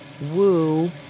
woo